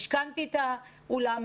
משכנתי את האולם,